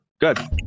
Good